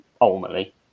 Ultimately